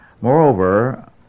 Moreover